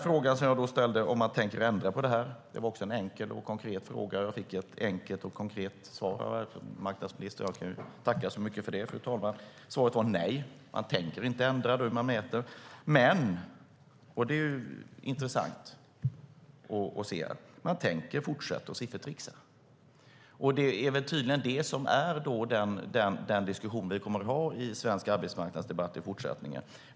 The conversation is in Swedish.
Frågan jag ställde om man tänker ändra på detta är också en enkel och konkret fråga. Jag fick ett enkelt och konkret svar från arbetsmarknadsministern. Jag kan tacka så mycket för det, fru talman. Svaret var nej. Man tänker inte ändra hur man mäter. Men det är intressant att se att man tänker fortsätta att siffertricksa. Det är tydligen den diskussion vi kommer att ha i svensk arbetsmarknadsdebatt i fortsättningen.